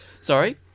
Sorry